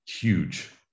huge